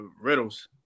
riddles